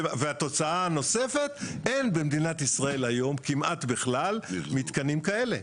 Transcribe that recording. והתוצאה הנוספת אין במדינת ישראל היום כמעט בכלל מתקנים כאלה.